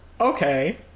Okay